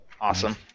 Awesome